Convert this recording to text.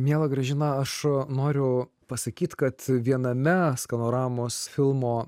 miela gražina aš noriu pasakyti kad viename skanoramos filmo